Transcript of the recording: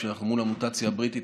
כשאנחנו מול המוטציה הבריטית,